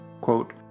quote